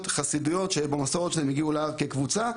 וחסידויות שבמסורת שלהן מגיעות להר כקבוצה.